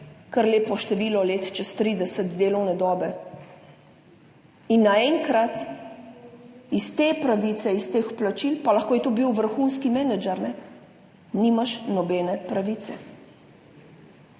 kar lepo število let čez 30 delovne dobe in naenkrat iz te pravice, iz teh plačil, pa lahko je to bil vrhunski menedžer, ne, nimaš nobene pravice